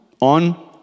on